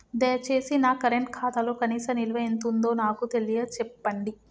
దయచేసి నా కరెంట్ ఖాతాలో కనీస నిల్వ ఎంతుందో నాకు తెలియచెప్పండి